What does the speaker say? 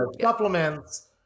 supplements